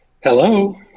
Hello